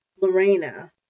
Lorena